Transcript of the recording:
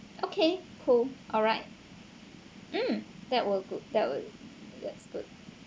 okay cool alright um that will good that will that's good